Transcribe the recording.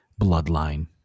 bloodline